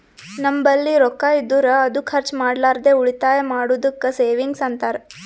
ನಂಬಲ್ಲಿ ರೊಕ್ಕಾ ಇದ್ದುರ್ ಅದು ಖರ್ಚ ಮಾಡ್ಲಾರ್ದೆ ಉಳಿತಾಯ್ ಮಾಡದ್ದುಕ್ ಸೇವಿಂಗ್ಸ್ ಅಂತಾರ